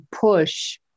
push